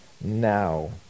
now